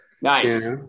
Nice